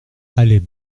allée